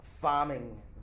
farming